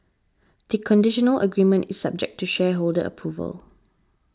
the conditional agreement is subject to shareholder approval